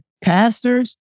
pastors